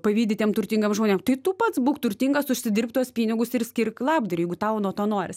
pavydi tiem turtingam žmonėm tai tu pats būk turtingas užsidirk tuos pinigus ir skirk labdarai jeigu tau nu to norisi